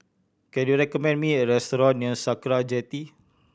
can you recommend me a restaurant near Sakra Jetty